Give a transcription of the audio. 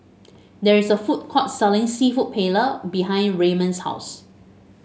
there is a food court selling seafood Paella behind Raymon's house